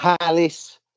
Palace